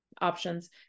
options